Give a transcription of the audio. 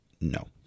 No